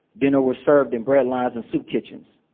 dinner was served in breadlines and soup kitchens.